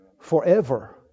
forever